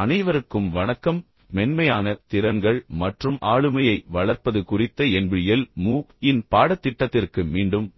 அனைவருக்கும் வணக்கம் மென்மையான திறன்கள் மற்றும் ஆளுமையை வளர்ப்பது குறித்த NPTEL MOOC இன் பாடத்திட்டத்திற்கு மீண்டும்